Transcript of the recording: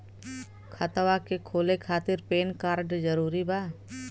खतवा के खोले खातिर पेन कार्ड जरूरी बा?